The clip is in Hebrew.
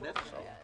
בטח שהיה.